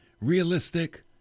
realistic